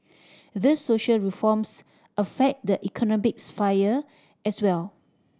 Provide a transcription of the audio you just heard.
these social reforms affect the economic sphere as well